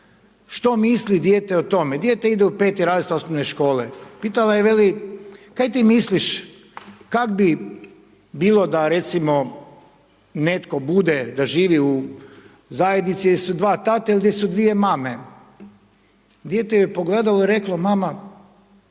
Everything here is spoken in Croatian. što misli dijete o tome, dijete ide u 5. razred osnovne škole, pitala je, veli kaj ti misliš kad bi bilo da recimo da netko bude, da živi u zajednici gdje su dva tata ili gdje su dvije mama, dijete ju je pogledalo i reklo, mama